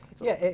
yeah,